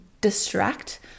distract